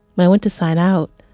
when i went to sign out,